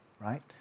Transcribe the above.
right